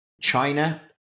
China